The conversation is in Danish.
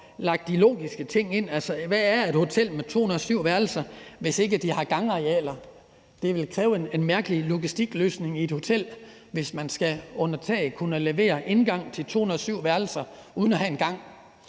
lagt de logiske ting ind. Altså, hvad er et hotel med 207 værelser, hvis de ikke har gangarealer? Det ville kræve en mærkelig logistikløsning i et hotel, hvis man under sit tag skulle kunne levere adgang til 207 værelser uden at have en gang.